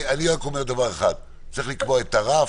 אני אומר דבר אחד: צריך לקבוע את הרף,